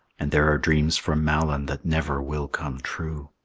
and there are dreams for malyn that never will come true.